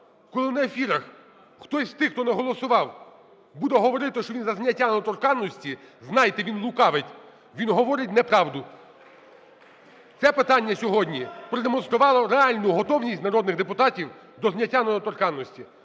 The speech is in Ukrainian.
коли на ефірах хтось з тих, хто не голосував, буде говорити, що він за зняття недоторканності, знайте, він лукавить, він говорить неправду. Це питання сьогодні продемонструвало реальну готовність народних депутатів до зняття недоторканності.